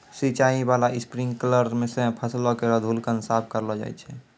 सिंचाई बाला स्प्रिंकलर सें फसल केरो धूलकण साफ करलो जाय छै